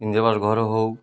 ଇନ୍ଦିରା ଆବାସ ଘର ହଉ